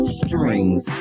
strings